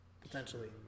potentially